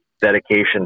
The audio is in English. dedication